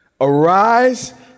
arise